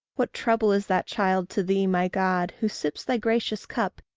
what trouble is that child to thee, my god, who sips thy gracious cup,